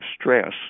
stress